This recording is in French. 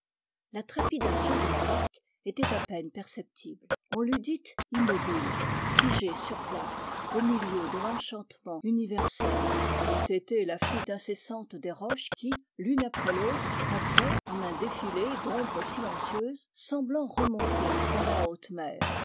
la trépidation de la barque était à peine perceptible on l'eût dite immobile figée sur place au milieu de l'enchantement universel n'eût été la fuite incessante des roches qui l'une après l'autre passaient en un défilé d'ombres silencieuses semblant remonter vers la haute mer